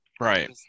Right